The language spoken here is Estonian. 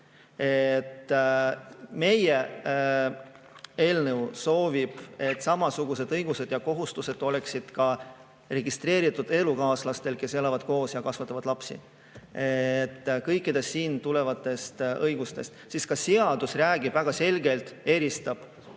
Meie eelnõu soovib, et samasugused õigused ja kohustused oleksid ka registreeritud elukaaslastel, kes elavad koos ja kasvatavad lapsi. Kõikidest sellega [kaasnevatest] õigustest ka seadus räägib väga selgelt, eristades